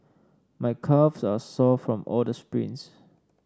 my calves are sore from all the sprints